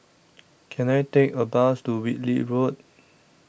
Can I Take A Bus to Whitley Road